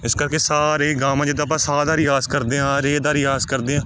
ਇਸ ਕਰਕੇ ਸਾ ਰੇ ਗਾ ਮਾ ਜਿੱਦਾਂ ਆਪਾਂ ਸਾ ਦਾ ਰਿਆਜ਼ ਕਰਦੇ ਹਾਂ ਰੇ ਦਾ ਰਿਆਜ਼ ਕਰਦੇ ਹਾਂ